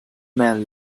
man